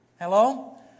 Hello